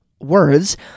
words